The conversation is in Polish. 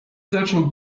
zaczął